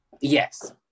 Yes